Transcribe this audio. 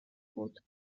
بود